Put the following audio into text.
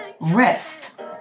Rest